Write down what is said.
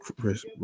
Chris